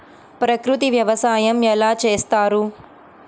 ప్రకృతి వ్యవసాయం ఎలా చేస్తారు?